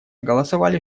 голосовали